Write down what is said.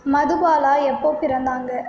மதுபாலா எப்போ பிறந்தாங்க